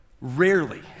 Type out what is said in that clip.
Rarely